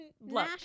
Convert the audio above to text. Look